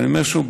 ואני אומר שוב,